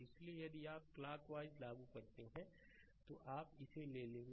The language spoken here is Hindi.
इसलिए यदि आप क्लॉकवाइज़ लागू करते हैं तो आप इसे ले लेंगे